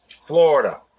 Florida